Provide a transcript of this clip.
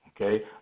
okay